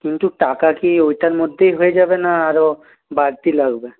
কিন্তু টাকা কি ওইটার মধ্যেই হয়ে যাবে না আরও বাড়তি লাগবে